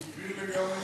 מקרי, לגמרי מקרי.